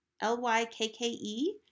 L-Y-K-K-E